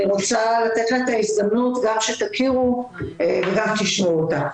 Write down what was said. רוצה לתת לה את ההזדמנות גם שתכירו וגם תשמעו אותה.